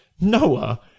Noah